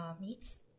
meats